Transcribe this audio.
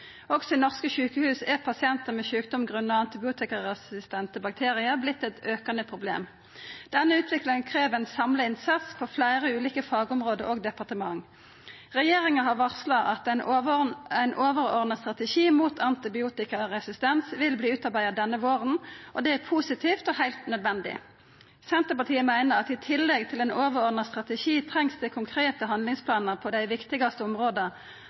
Også i norske sjukehus er pasientar med sjukdom grunna antibiotikaresistente bakteriar vorte eit aukande problem. Denne utviklinga krev ein samla innsats på fleire ulike fagområde og frå fleire departement. Regjeringa har varsla at ein overordna strategi mot antibiotikaresistens vil verta utarbeidd denne våren – det er positivt og heilt nødvendig. Senterpartiet meiner at i tillegg til ein overordna strategi trengst det konkrete handlingsplanar på dei viktigaste områda,